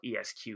ESQ